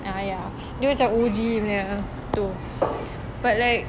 ah ya dia macam O_G punya tu but like